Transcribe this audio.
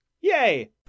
Yay